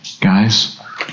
Guys